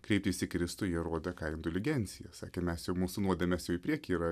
kreiptis į kristų jie rodė ką indulgencijas sakė mes jau mūsų nuodėmės į priekį yra